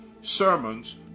sermons